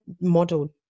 model